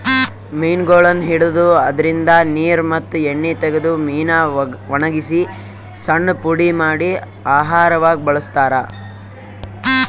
ಮೀನಗೊಳನ್ನ್ ಹಿಡದು ಅದ್ರಿನ್ದ ನೀರ್ ಮತ್ತ್ ಎಣ್ಣಿ ತಗದು ಮೀನಾ ವಣಗಸಿ ಸಣ್ಣ್ ಪುಡಿ ಮಾಡಿ ಆಹಾರವಾಗ್ ಬಳಸ್ತಾರಾ